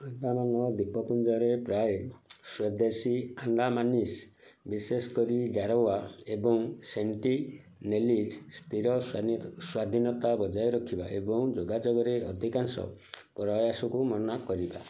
ଆଣ୍ଡାମାନ ଦ୍ୱୀପପୁଞ୍ଜରେ ପ୍ରାୟ ସ୍ୱଦେଶୀ ଆଣ୍ଡାମାନିସ୍ ବିଶେଷ କରି ଜାରାୱା ଏବଂ ସେଣ୍ଟିନେଲିଜ୍ ସ୍ଥିର ସ୍ୱାଧୀନତା ବଜାୟ ରଖିବା ଏବଂ ଯୋଗାଯୋଗରେ ଅଧିକାଂଶ ପ୍ରୟାସକୁ ମନା କରିବା